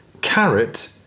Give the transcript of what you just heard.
carrot